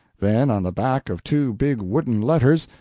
then on the back of two big wooden letters,